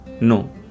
No